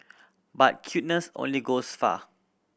but cuteness only goes far